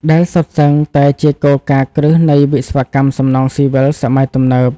ដែលសុទ្ធសឹងតែជាគោលការណ៍គ្រឹះនៃវិស្វកម្មសំណង់ស៊ីវិលសម័យទំនើប។